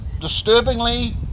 disturbingly